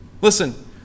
Listen